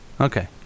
Okay